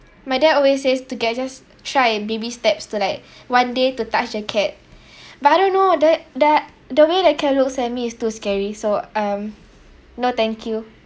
my dad always says to get just try baby steps to like one day to touch the cat but I don't know the the the way the cat looks at me is too scary so um no thank you